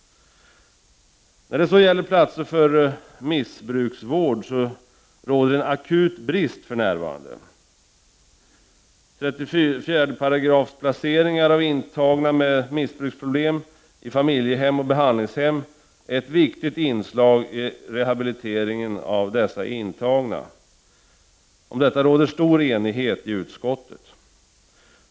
När det gäller platser för missbruksvård råder det för närvarande en akut brist. 34 §-placeringar av intagna med missbruksproblem i familjehem och behandlingshem är ett viktigt inslag i rehabiliteringen av dessa intagna. Om detta råder stor enighet i utskottet.